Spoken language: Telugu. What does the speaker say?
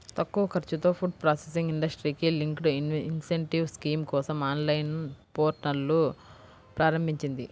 తక్కువ ఖర్చుతో ఫుడ్ ప్రాసెసింగ్ ఇండస్ట్రీకి లింక్డ్ ఇన్సెంటివ్ స్కీమ్ కోసం ఆన్లైన్ పోర్టల్ను ప్రారంభించింది